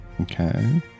Okay